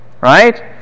right